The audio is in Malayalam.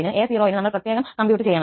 ന് a0 ന് നമ്മൾ പ്രത്യേക കംപ്യൂട്ട നടത്തും